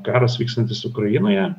karas vykstantis ukrainoje